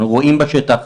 אנחנו רואים בשטח,